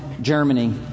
Germany